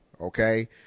okay